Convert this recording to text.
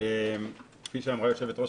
כפי שאמרה יושבת-ראש